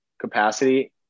capacity